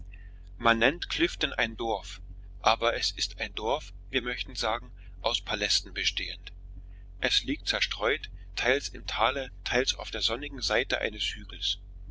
man nennt clifton ein dorf aber es ist ein dorf wir möchten sagen aus palästen bestehend es liegt zerstreut teils im tale teils auf der sonnigen seite eines hügels